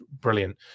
brilliant